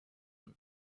him